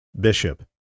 Bishop